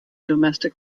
domestic